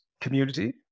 community